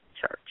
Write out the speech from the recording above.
church